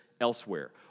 elsewhere